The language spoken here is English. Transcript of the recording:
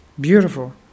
Beautiful